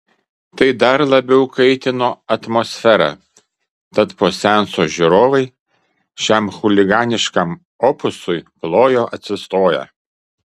tai dar labiau kaitino atmosferą tad po seanso žiūrovai šiam chuliganiškam opusui plojo atsistoję